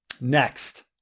Next